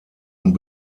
und